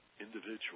individual